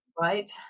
right